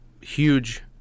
huge